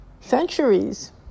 centuries